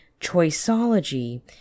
Choiceology